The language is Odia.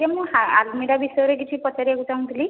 ଆଜ୍ଞା ମୁଁ ଆଲମିରା ବିଷୟରେ କିଛି ପଚାରିବାକୁ ଚାହୁଁଥିଲି